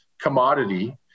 commodity